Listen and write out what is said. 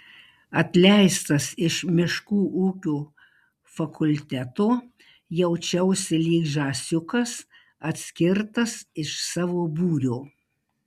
atleistas iš miškų ūkio fakulteto jaučiausi lyg žąsiukas atskirtas iš savo būrio